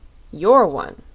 you're one,